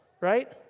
Right